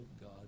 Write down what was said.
God